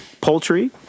poultry